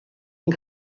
yng